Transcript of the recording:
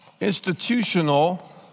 institutional